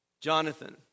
Jonathan